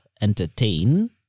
Entertain